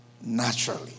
naturally